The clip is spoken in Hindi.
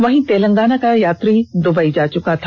वहीं तेलंगाना का यात्री दुबई जा चुका था